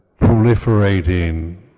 proliferating